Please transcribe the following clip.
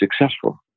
successful